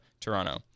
Toronto